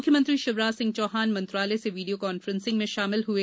मुख्यमंत्री शिवराज सिंह चौहान मंत्रालय से वीडियो कॉन्फ्रेंसिंग में शामिल हुए